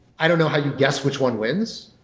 i don't know how you guess which one wins.